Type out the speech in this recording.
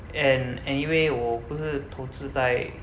and anyway 我不是投资在